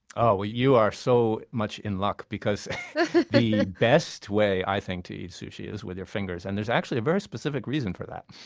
you are so much in luck because the best way i think to eat sushi is with your fingers, and there's actually a very specific reason for that.